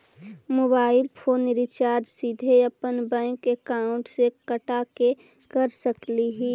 Mobile phone recharge सीधे अपन bank account से कटा के कर सकली ही?